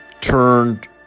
turned